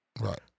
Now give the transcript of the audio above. Right